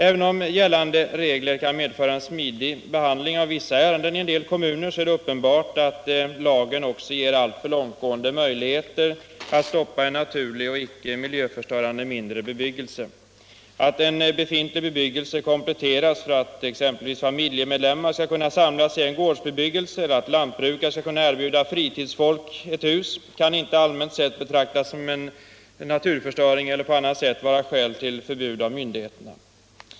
Även om gällande regler kan medföra en smidig behandling av vissa ärenden i en del kommuner, är det uppenbart att lagen också ger alltför långtgående möjligheter att stoppa en naturlig och icke miljöförstörande mindre bebyggelse. Att en befintlig bebyggelse kompletteras för att exempelvis familjemedlem mar skall kunna samlas i en gårdsbebyggelse eller för att lantbrukare skall kunna erbjuda fritidsfolk ett hus kan inte allmänt sett betraktas som en naturförstöring eller på annat sätt vara skäl till förbud från myndigheterna.